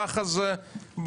כך זה הוגדר,